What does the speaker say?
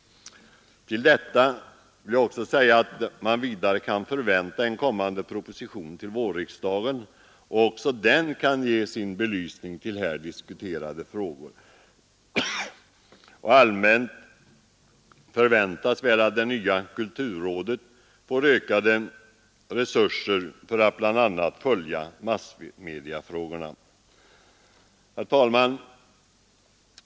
Man kan vidare förvänta att en kommande proposition till vårriksdagen skall ge sin belysning av här diskuterade frågor. Allmänt förväntas väl att det nya kulturrådet får ökade resurser för att bl.a. följa massmediefrågorna. Herr talman!